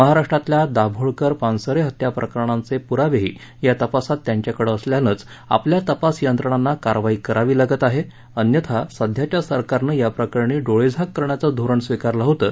महाराष्ट्रातल्या दाभोळकर पानसरे हत्या प्रकरणांचे प्रावेही या तपासात त्यांच्याकडे असल्यानंच आपल्या तपास यंत्रणांना कारवाई करावी लागत आहे अन्यथा सध्याच्या सरकारनं या प्रकरणी डोळेझाक करण्याचंच धोरण स्विकारलं होतं